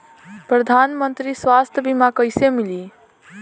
प्रधानमंत्री स्वास्थ्य बीमा कइसे मिली?